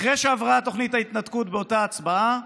אחרי שעברה תוכנית ההתנתקות באותה הצבעה,